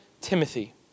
Timothy